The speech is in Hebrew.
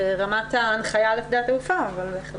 יש הרבה יותר הגבלות על שדות תעופה ועל מפעילים